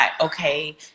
okay